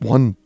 One